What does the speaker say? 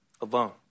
Alone